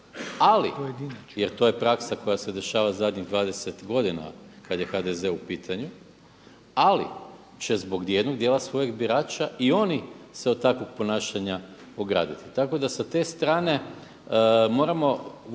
ali jer to je praksa koja se dešava zadnjih 20 godina kad je HDZ u pitanju, ali će zbog jednog djela svojih birača i oni se od takvog ponašanja ograditi. Tako da sa te strane moramo voditi